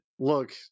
look